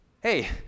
Hey